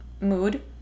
mood